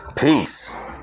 Peace